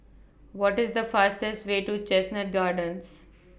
What IS The fastest Way to Chestnut Gardens